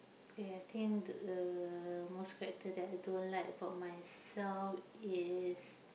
K I think the most character that I don't like about myself is